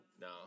No